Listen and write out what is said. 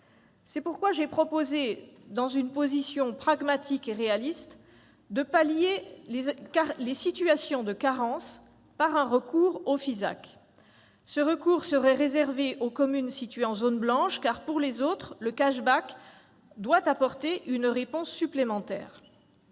C'est pourquoi j'ai proposé, au nom d'une position pragmatique et réaliste, de pallier les situations de carence par un recours au FISAC. Ce recours serait réservé aux communes situées en zone blanche, car, pour les autres, le doit apporter une réponse supplémentaire.